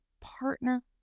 partner